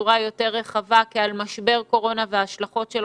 בצורה יותר רחבה כעל משבר קורונה והשלכותיו